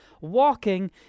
walking